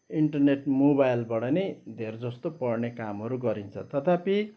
internet मोबाइलबाट नै धेर जस्तो पढ्ने कामहरू गरिन्छ तथापि